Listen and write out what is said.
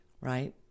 right